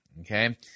Okay